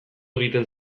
egiten